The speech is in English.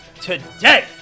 today